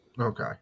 Okay